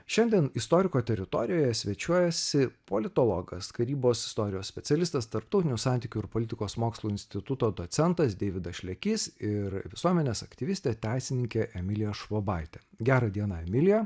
šiandien istoriko teritorijoje svečiuojasi politologas karybos istorijos specialistas tarptautinių santykių ir politikos mokslų instituto docentas deividas šlekys ir visuomenės aktyvistė teisininkė emilija švobaitė gera diena emilija